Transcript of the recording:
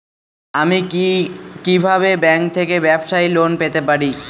আমি কি কিভাবে ব্যাংক থেকে ব্যবসায়ী লোন পেতে পারি?